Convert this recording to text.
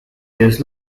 this